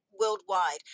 worldwide